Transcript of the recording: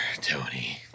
Tony